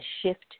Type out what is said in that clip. shift